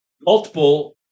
multiple